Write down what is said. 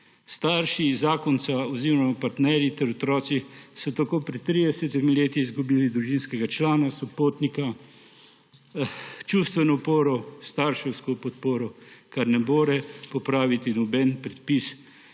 Starši, zakonci oziroma partnerji ter otroci so tako pred 30 leti izgubili družinskega člana, sopotnika, čustveno oporo, starševsko podporo, česar ne more popraviti noben predpis,